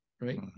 right